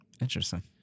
Interesting